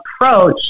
approach